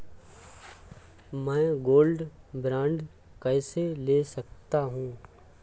मैं gold bond कैसे ले सकता हूँ?